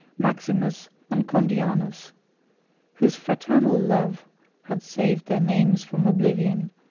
maximus and condianus whose fraternal love has saved their names from oblivion,